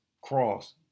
cross